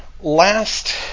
last